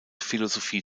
philosophie